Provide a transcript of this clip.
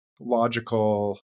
logical